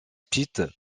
petite